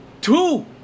two